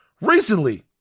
recently